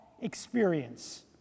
experience